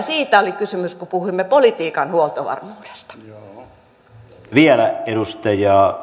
siitä oli kysymys kun puhuimme politiikan huoltovarmuudesta